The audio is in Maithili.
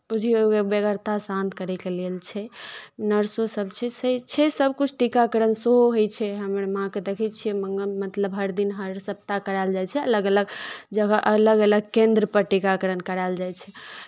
बुझिऔ एगो बेगरता शान्त करैके लेल छै नर्सोसभ छै से छै सभकिछु टीकाकरण सेहो होइ छै हमर माँकेँ देखै छियै मतलब हर दिन हर सप्ताह करायल जाइ छै अलग अलग जगह अलग अलग केन्द्रपर टीकाकरण कराएल जाइ छै